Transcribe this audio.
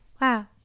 Wow